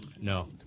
No